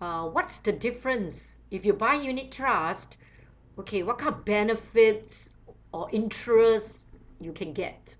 uh what's the difference if you buy unit trust okay what kind of benefits or interests you can get